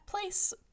place